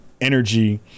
energy